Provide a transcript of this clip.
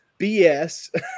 BS